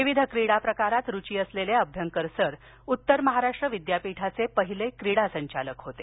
विविध क्रीडा प्रकारात रुची असलेले अभ्यंकर सर उत्तर महाराष्ट्र विद्यापीठाचे पहिले क्रिडा संचालक होते